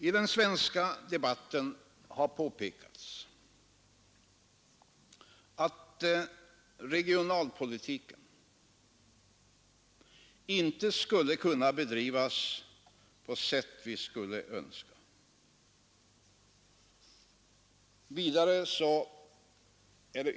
I den svenska debatten har påståtts att regionalpolitiken inte skulle kunna bedrivas på det sätt vi skulle önska.